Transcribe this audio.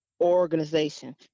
organization